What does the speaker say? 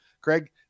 Craig